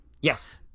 Yes